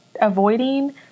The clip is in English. Avoiding